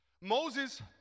Moses